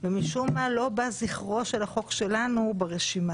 ומשום מה לא בא זכרו של החוק שלנו ברשימה.